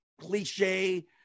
cliche